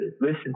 listen